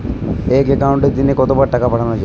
এক একাউন্টে দিনে কতবার টাকা পাঠানো যাবে?